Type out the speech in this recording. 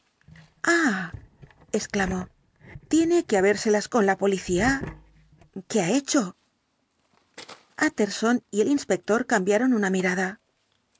carew tiene que habérselas con la policía qué ha hecho utterson y el inspector cambiaron una mirada